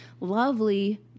lovely